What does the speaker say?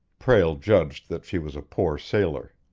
prale judged that she was a poor sailor.